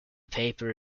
paper